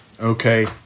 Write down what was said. okay